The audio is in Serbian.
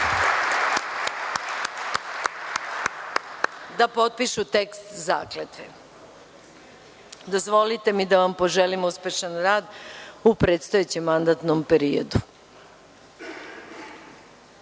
da potpišu tekst zakletve. Dozvolite mi da vam poželim uspešan rad u predstojećem mandatnom